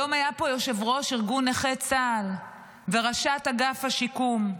היום היו פה יושב-ראש ארגון נכי צה"ל וראשת אגף השיקום.